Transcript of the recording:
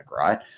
right